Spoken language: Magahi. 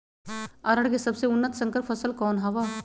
अरहर के सबसे उन्नत संकर फसल कौन हव?